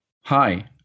Hi